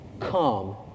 come